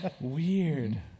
Weird